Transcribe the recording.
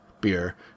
beer